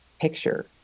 picture